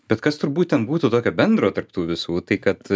bet kas turbūt ten būtų tokio bendro tarp tų visų tai kad